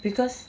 because